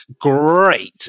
great